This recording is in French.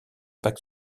bac